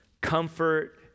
comfort